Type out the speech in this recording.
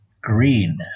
Green